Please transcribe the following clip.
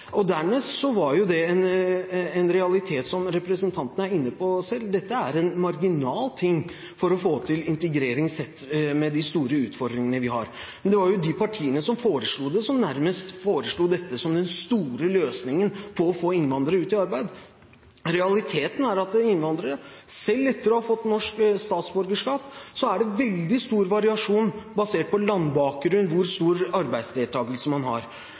tidligere. Dernest var det en realitet – som representanten selv er inne på. Dette er en marginal ting for å få til integrering, sett med de store utfordringene vi har. Det var de partiene som foreslo det, som nærmest foreslo dette som den store løsningen for å få innvandrere ut i arbeid. Realiteten er at blant innvandrere, selv etter å ha fått norsk statsborgerskap, er det stor variasjon – basert på landbakgrunn – i hvor stor arbeidsdeltakelse man har.